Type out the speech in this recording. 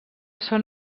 són